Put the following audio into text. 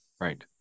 Right